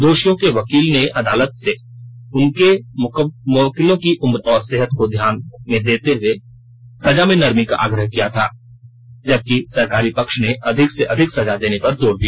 दोषियों के वकील ने अदालत से उनके मुवक्किलों की उम्र और सेहत को देखते हुए सजा में नरमी का आग्रह किया था जबकि सरकारी पक्ष ने अधिक से अधिक सजा देने पर जोर दिया